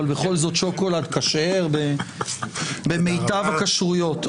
אבל בכל זאת שוקולד כשר ממיטב הכשרויות,